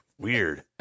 Weird